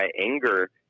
anger